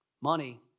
money